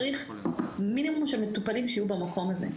צריך מינימום של מטופלים שיהיו במקום הזה.